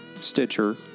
Stitcher